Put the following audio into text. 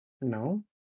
No